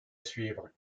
suivre